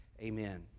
Amen